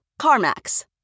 CarMax